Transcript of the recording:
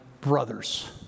brothers